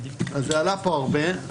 זה עלה פה הרבה.